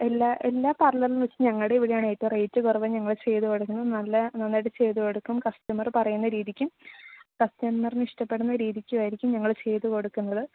എല്ലാ എല്ലാ പാർലറിലും വെച്ചും ഞങ്ങളുടെ ഇവിടെയാണ് ഏറ്റവും റേറ്റ് കുറവ് ഞങ്ങൾ ചെയ്തു കൊടുക്കുന്നത് നല്ല നന്നായിട്ട് ചെയ്തു കൊടുക്കും കസ്റ്റമർ പറയുന്ന രീതിക്കും കസ്റ്റമറിന് ഇഷ്ടപ്പെടുന്ന രീതിക്കുമായിരിക്കും ഞങ്ങള് ചെയ്തുകൊടുക്കുന്നത്